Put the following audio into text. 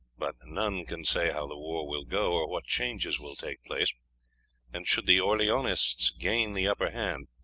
but none can say how the war will go, or what changes will take place and should the orleanists gain the upper hand,